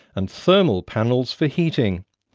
and thermal panels for heating.